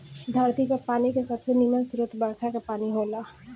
धरती पर पानी के सबसे निमन स्रोत बरखा के पानी होला